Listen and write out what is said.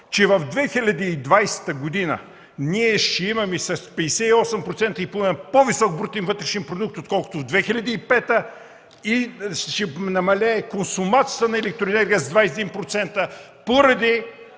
през 2020 г. ние ще имаме с 58,5% по-висок брутен вътрешен продукт, отколкото през 2005 г., ще намалее консумацията на електроенергия с 21% поради